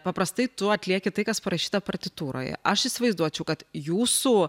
paprastai tu atlieki tai kas parašyta partitūroje aš įsivaizduočiau kad jūsų